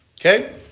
Okay